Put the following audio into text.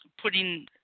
putting